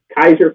Kaiser